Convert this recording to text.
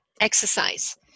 exercise